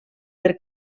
per